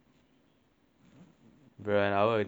bro an hour a day is good enough sia